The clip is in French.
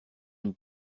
une